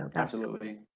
and absolutely.